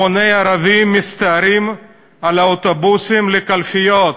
המוני ערבים מסתערים על האוטובוסים לקלפיות,